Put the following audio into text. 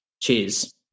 Cheers